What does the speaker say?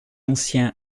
anciens